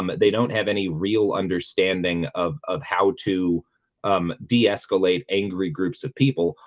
um they don't have any real understanding of of how to um de-escalate angry groups of people.